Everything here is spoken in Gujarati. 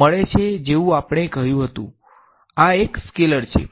મળે છે જેવું આપણે કહ્યું હતું કે આ એક સ્કેલેર છે